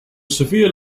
severe